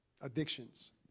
addictions